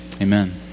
amen